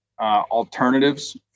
alternatives